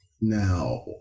Now